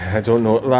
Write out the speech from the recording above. i don't know.